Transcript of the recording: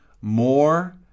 more